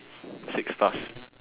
six stars